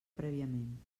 prèviament